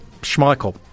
Schmeichel